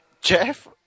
Jeff